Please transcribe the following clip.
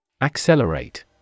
Accelerate